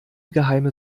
geheime